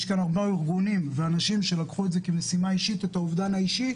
יש כאן הרבה ארגונים ואנשים שלקחו את האובדן האישי